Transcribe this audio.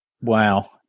Wow